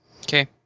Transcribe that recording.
Okay